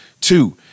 Two